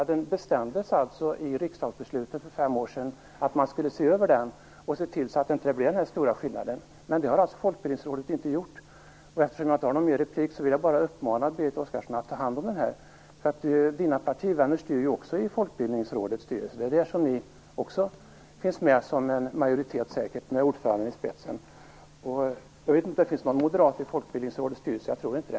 Det bestämdes i ett riksdagsbeslut för fem år sedan att man skulle se över denna stora skillnad och se till att den försvann, men det har alltså Folkbildningsrådet inte gjort. Eftersom jag inte har någon mer replik vill jag bara uppmana Berit Oscarsson att ta hand om det här. Det är ju hennes partivänner som styr också i Folkbildningsrådets styrelse. De bildar säkert majoritet med ordföranden i spetsen även där. Jag vet inte om det finns någon moderat i Folkbildningsrådets styrelse, men jag tror inte det.